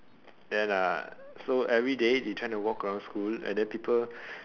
then uh so everyday they try to walk around school and then people